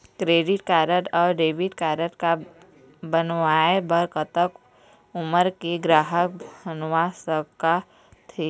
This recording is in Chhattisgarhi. क्रेडिट कारड अऊ डेबिट कारड ला बनवाए बर कतक उमर के ग्राहक बनवा सका थे?